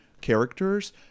characters